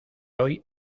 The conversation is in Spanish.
hoy